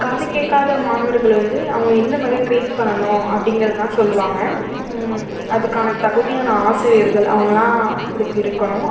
காது கேட்காத மாணவர்களை வந்து அவங்க எந்த மாதிரி ட்ரீட் பண்ணணும் அப்டிங்கிறதெல்லாம் சொல்வாங்க அதுக்கான தகுதியான ஆசிரியர்கள் அவங்கெல்லாம் இதுக்கு இருக்கணும்